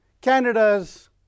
Canada's